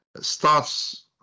starts